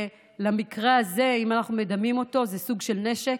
במקרה הזה, אם אנחנו מדמים אותו, הוא סוג של נשק.